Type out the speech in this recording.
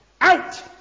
Out